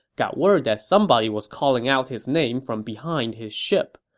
got word that somebody was calling out his name from behind his ship.